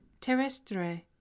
terrestre